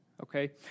okay